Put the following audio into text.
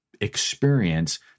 experience